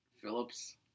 Phillips